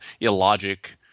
illogic